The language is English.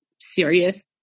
serious